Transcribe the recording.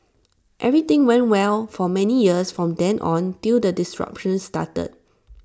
everything went well for many years from then on till the disruptions started